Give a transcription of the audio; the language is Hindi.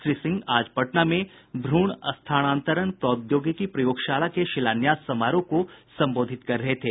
श्री सिंह आज पटना में भ्रूण स्थानांतरण प्रौद्योगिकी प्रयोगशाला के शिलान्यास समारोह को संबोधित कर रहे थे